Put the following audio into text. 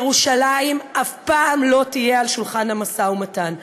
ירושלים אף פעם לא תהיה על שולחן המשא ומתן.